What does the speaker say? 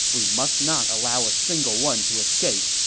we must not allow a single one to escape.